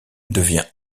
devient